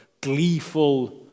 gleeful